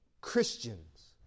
Christians